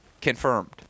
Confirmed